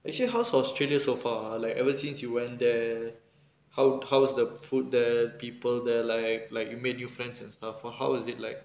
actually how's australia so far like ever since you went there how how was the food there people there like like you make new friends and stuff for how is it like